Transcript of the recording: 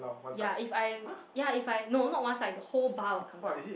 ya if I ya if I no not once like the whole bar will come down